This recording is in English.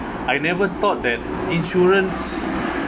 I never thought that insurance